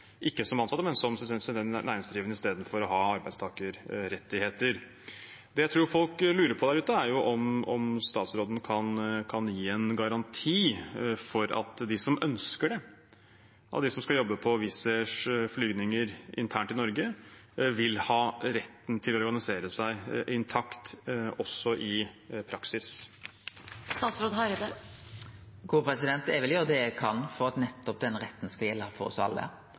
som ansatte, men som selvstendig næringsdrivende, istedenfor å ha arbeidstakerrettigheter. Det jeg tror folk der ute lurer på, er om statsråden kan gi en garanti for at de av dem som skal jobbe på Wizz Airs flygninger internt i Norge som ønsker det, vil ha retten til å organisere seg intakt også i praksis. Eg vil gjere det eg kan for at nettopp den retten skal gjelde for oss alle,